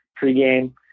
pregame